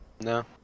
No